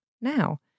now